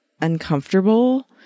uncomfortable